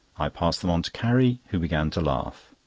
i passed them on to carrie, who began to laugh.